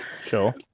Sure